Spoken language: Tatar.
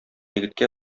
егеткә